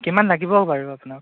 কিমান লাগিব বাৰু আপোনাক